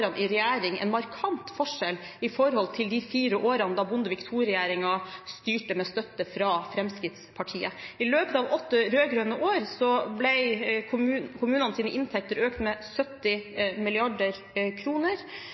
ene året til det andre. Likevel utgjorde de åtte rød-grønne årene i regjering en markant forskjell i forhold til de fire årene da Bondevik II-regjeringen styrte med støtte fra Fremskrittspartiet. I løpet av åtte rød-grønne år ble kommunenes inntekter økt med 70